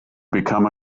become